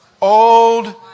Old